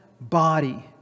body